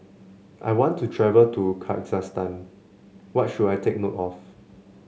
I want to travel to Kyrgyzstan what should I take note of